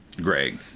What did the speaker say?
Greg